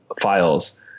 files